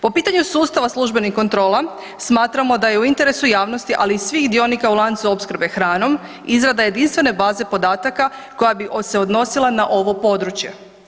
Po pitanju sustava službenih kontrola, smatramo da je u interesu javnosti ali i svih dionika u lancu opskrbe hranom, izrada jedinstvene baze podataka koja bi se odnosila na ovo područje.